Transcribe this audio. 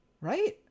Right